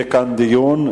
יהיה כאן דיון.